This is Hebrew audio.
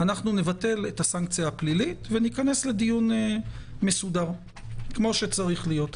אנחנו נבטל את הסנקציה הפלילית וניכנס לדיון מסודר כמו שצריך להיות.